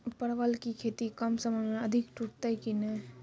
परवल की खेती कम समय मे अधिक टूटते की ने?